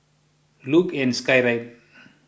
Luge and Skyride